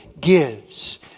gives